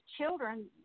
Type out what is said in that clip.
children